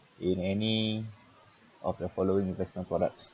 in any of the following investment products